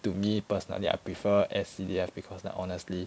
to me personally I prefer S_C_D_F because like honestly